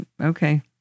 Okay